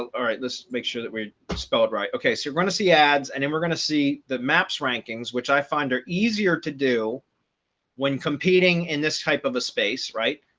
all right, let's make sure that we're spelled right. okay, so we're going to see ads, and then we're going to see the maps rankings, which i find are easier to do when competing in this type of a space, right?